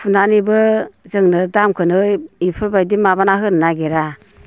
फुनानैबो जोंनो दामखोनो बेफोरबायदि माबानानै होनो नागिरा